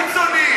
אתה קיצוני,